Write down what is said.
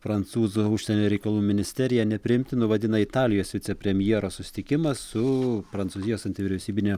prancūzų užsienio reikalų ministerija nepriimtinu vadina italijos vicepremjero susitikimą su prancūzijos anti vyriausybine